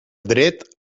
dret